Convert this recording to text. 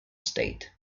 state